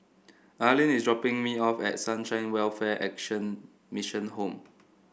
Arlyn is dropping me off at Sunshine Welfare Action Mission Home